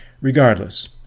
Regardless